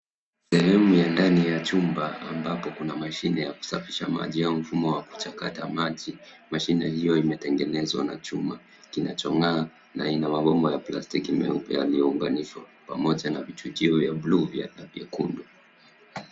Sehemu ya ndani ya chumba, ambapo kuna mashine ya kusafisha maji au mfumo wa kuchakata maji. Mashine hiyo imetengenezwa na chuma kinachong'aa na ina mabomba ya plastiki meupe yaliyounganishwa pamoja na vichujio vya buluu vya vyekundu.